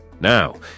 Now